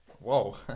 Whoa